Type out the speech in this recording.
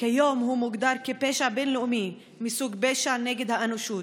וכיום הוא מוגדר כפשע בין-לאומי מסוג פשע נגד האנושות.